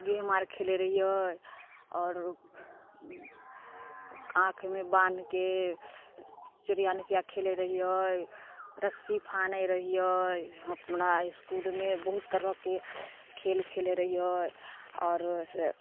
game आर खेले रहियै आर आँखिमे बान्हिके चोरिया नुकिया खेले रहियै रस्सी फाँने रहियै हमरा इसकुलमे बहुत तरहके खेल खेलै रहियै इसकुलमे आओर वैसे